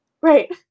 Right